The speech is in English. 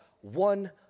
one